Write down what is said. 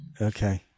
Okay